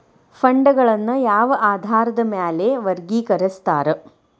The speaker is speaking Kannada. ಫಂಡ್ಗಳನ್ನ ಯಾವ ಆಧಾರದ ಮ್ಯಾಲೆ ವರ್ಗಿಕರಸ್ತಾರ